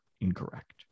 incorrect